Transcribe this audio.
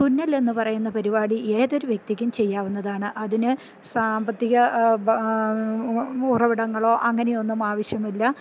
തുന്നലെന്ന് പറയുന്ന പരിപാടി ഏതൊരു വ്യക്തിക്കും ചെയ്യാവുന്നതാണ് അതിന് സാമ്പത്തിക ഉറവിടങ്ങളോ അങ്ങനെയൊന്നും ആവശ്യമില്ല